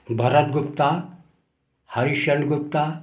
Bharat Gupta Harishchandra Gupta